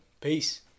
Peace